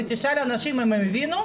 ותשאל אנשים אם הם הבינו,